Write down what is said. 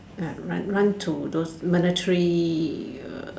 that run run to those military uh